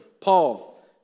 Paul